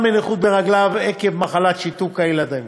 מנכות ברגליו עקב מחלת שיתוק ילדים,